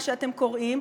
מה שאתם קוראים,